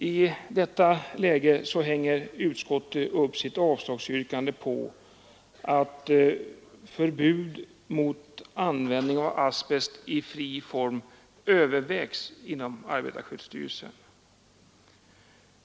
I det läget hänger utskottet upp sitt avslagsyrkande på att förbud mot användning av asbest i fri form ”övervägs” inom arbetarskyddsstyrelsen.